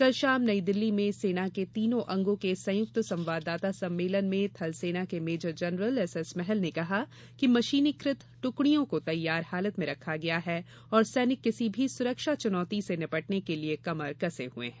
कल शाम नई दिल्ली में सेना के तीनों अंगों के संयुक्त संवाददाता सम्मेलन में थलसेना के major general S S Mahal ने कहा की मशीनीकृत ट्कड़ियों को तैयार हालत में रखा गया है और सैनिक किसी भी सुरक्षा चुनौती से निपटने के लिए कमर कसे हुए हैं